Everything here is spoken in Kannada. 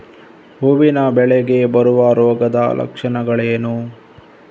ಹೂವಿನ ಬೆಳೆಗೆ ಬರುವ ರೋಗದ ಲಕ್ಷಣಗಳೇನು?